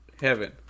Heaven